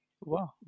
Wow